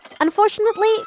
Unfortunately